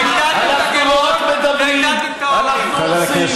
הגדלתם את הגירעון והגדלתם את העוני.